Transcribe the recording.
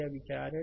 यह विचार है